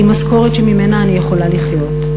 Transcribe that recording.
עם משכורת שממנה אני יכולה לחיות,